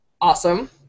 Awesome